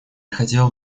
хотел